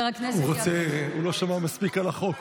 הוא לא שמע מספיק על החוק,